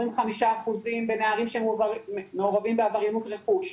וחמישה אחוזים בנערים שמעורבים בעבריינות רכוש.